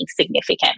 significant